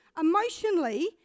emotionally